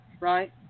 right